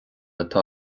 atá